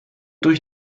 durch